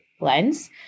lens